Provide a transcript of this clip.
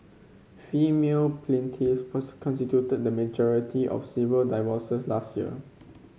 female plaintiff constituted the majority of civil divorces last year